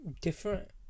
different